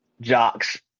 jocks